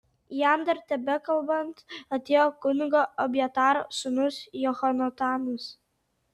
jam dar tebekalbant atėjo kunigo abjataro sūnus jehonatanas